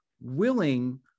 willing